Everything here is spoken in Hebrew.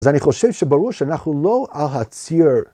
אז אני חושב שברור שאנחנו לא על הציר.